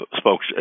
spoke